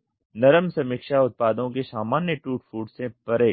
तो नरम समीक्षा उत्पादों के सामान्य टूट फूट से परे